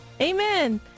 Amen